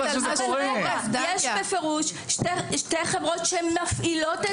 יש בפירוש שתי חברות שהן מפעילות את זה.